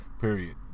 period